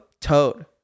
Toad